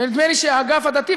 ונדמה לי שהאגף הדתי,